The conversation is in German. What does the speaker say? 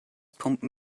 pumpen